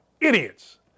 Idiots